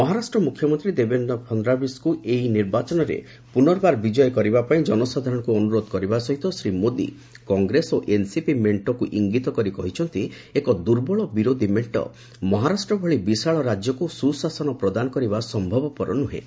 ମହାରାଷ୍ଟ୍ର ମୁଖ୍ୟମନ୍ତ୍ରୀ ଦେବେନ୍ଦ୍ର ଫଡ଼୍ନବୀସଙ୍କୁ ଏହି ନିର୍ବାଚନରେ ପୁନର୍ବାର ବିଜୟୀ କରିବାପାଇଁ ଜନସାଧାରଣଙ୍କୁ ଅନୁରୋଧ କରିବା ସହିତ ଶ୍ରୀ ମୋଦି କଂଗ୍ରେସ ଓ ଏନ୍ସିପି ମେଣ୍ଟକ୍ ଇଙ୍ଗତ କରି କହିଛନ୍ତି ଏକ ଦୂର୍ବଳ ବିରୋଧି ମେଣ୍ଟ ମହାରାଷ୍ଟ୍ର ଭଳି ବିଶାଳ ରାଜ୍ୟକୁ ସୁଶାସନ ପ୍ରଦାନ କରିବା ସମ୍ଭବପର ନୁହେଁ